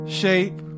shape